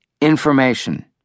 information